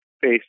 face